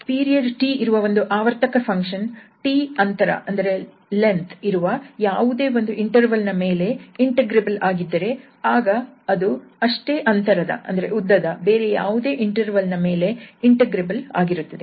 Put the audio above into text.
period 𝑇 ಇರುವ ಒಂದು ಆವರ್ತಕ ಫಂಕ್ಷನ್ 𝑇 ಅಂತರ ವಿರುವ ಯಾವುದೇ ಒಂದು ಇಂಟರ್ವಲ್ ನ ಮೇಲೆ ಇಂಟಗ್ರೇಬಲ್ ಆಗಿದ್ದರೆ ಆಗ ಅದು ಅಷ್ಟೇ ಅಂತರದ ಬೇರೆ ಯಾವುದೇ ಇಂಟರ್ವಲ್ ನ ಮೇಲೆ ಇಂಟಗ್ರೇಬಲ್ ಆಗಿರುತ್ತದೆ